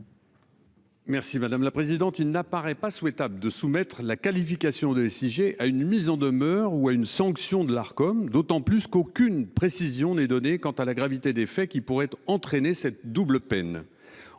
l'avis de la commission ? Il n'apparaît pas souhaitable de conditionner la qualification de SIG à l'absence de mise en demeure ou de sanction par l'Arcom, d'autant plus qu'aucune précision n'est donnée quant à la gravité des faits qui pourraient entraîner cette « double peine